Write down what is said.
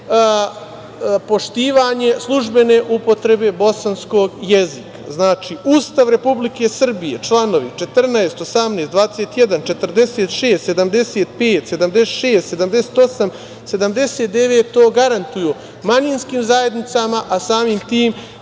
poštovanje službene upotrebe bosanskog jezika. Znači, Ustav Republike Srbije članovi; 14, 18, 21, 46, 75, 76, 78, 79, to garantuju manjinskim zajednicama, a samim tim